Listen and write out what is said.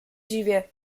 dziwię